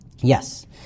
Yes